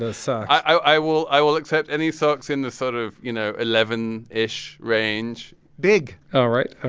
ah so i will i will accept any socks in the sort of, you know, eleven ish range big all right. ok.